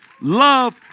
Love